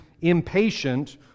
impatient